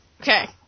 Okay